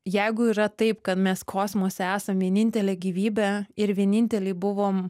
jeigu yra taip kad mes kosmose esam vienintelė gyvybė ir vieninteliai buvom